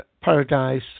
Paradise